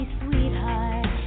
sweetheart